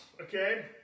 okay